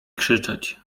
krzyczeć